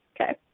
okay